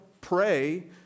pray